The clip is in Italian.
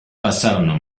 passarono